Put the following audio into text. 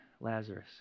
Lazarus